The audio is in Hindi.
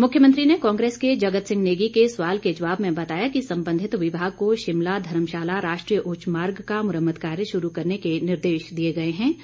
मुख्यमंत्री ने कांग्रेस के जगत सिंह नेगी के सवाल के जवाब में बताया कि संबंधित विभाग को शिमला धर्मशाला राष्ट्रीय उच्च मार्ग का मुरम्मत कार्य शुरू करने के निर्देश दिए गए हैं